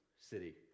City